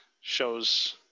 shows